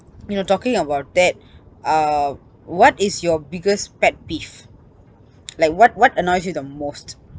you know talking about that uh what is your biggest pet peeve like what what annoys you the most